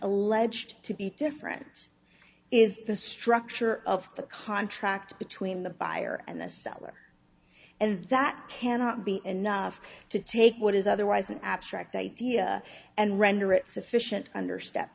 alleged to be different is the structure of the contract between the buyer and the seller and that cannot be enough to take what is otherwise an abstract idea and render it sufficient under step